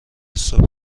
صبح